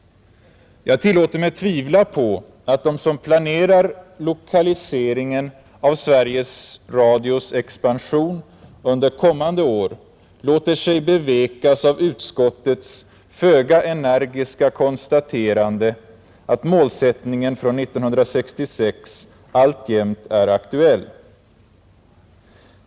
Jag tillåter mig tvivla på att de som planerar lokaliseringen av Sveriges Radios expansion under kommande år låter sig bevekas av utskottets föga energiska konstaterande att målsättningen från 1966 alltjämt är aktuell.